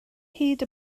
hyd